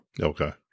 Okay